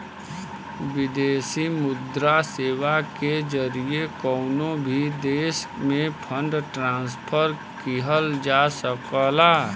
विदेशी मुद्रा सेवा के जरिए कउनो भी देश में फंड ट्रांसफर किहल जा सकला